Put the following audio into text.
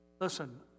Listen